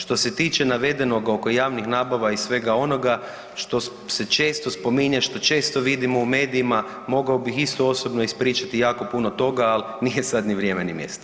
Što se tiče navedenoga oko javnih nabava i svega onoga što se često spominje, što često vidimo u medijima mogao bih isto osobno ispričati jako puno toga, al nije sad ni vrijeme ni mjesto.